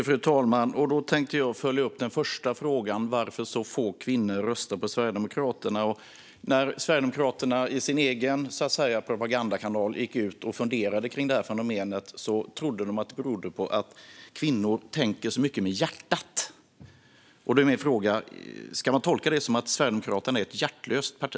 Fru talman! Jag tänker följa upp den första frågan om varför så få kvinnor röstar på Sverigedemokraterna. När Sverigedemokraterna i sin egen propagandakanal funderade kring detta fenomen trodde de att det beror på att kvinnor tänker så mycket med hjärtat. Ska man tolka det som att Sverigedemokraterna är ett hjärtlöst parti?